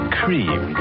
cream